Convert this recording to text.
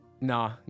nah